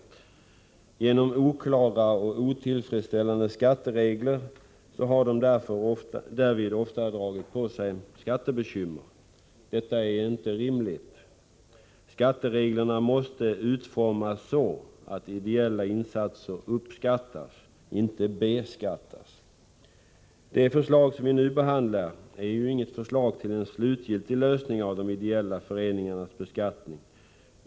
På grund av oklara och otillfredsställande skatteregler har de därvid ofta dragit på sig skattebekymmer. Detta är inte rimligt. Skattereglerna måste utformas så, att ideella insatser uppskattas — inte beskattas. Det förslag som vi nu behandlar är inget förslag till en slutgiltig lösning när det gäller de ideella föreningarnas beskattning.